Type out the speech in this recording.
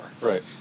Right